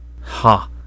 Ha